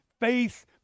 Faith